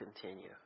continue